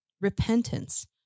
repentance